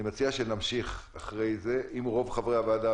אני מציע שנמשיך אחרי סיום המליאה.